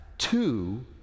two